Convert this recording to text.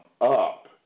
up